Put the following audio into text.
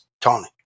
Tony